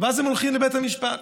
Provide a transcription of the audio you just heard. הם הולכים לבית המשפט,